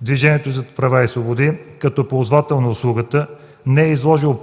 Движението за права и свободи, като ползвател на услугата, не е изложило